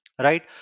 Right